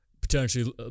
potentially